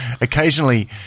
occasionally